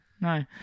no